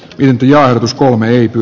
yhtiö uskoo möykky